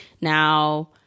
Now